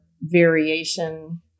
variation